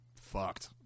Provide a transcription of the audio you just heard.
fucked